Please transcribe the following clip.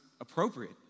appropriate